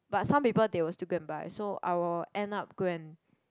but some people they will still go and buy so I will end up go and